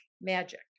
magic